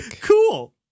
cool